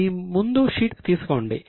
మీ ముందు షీట్ తీసుకోండి